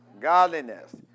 godliness